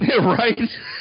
Right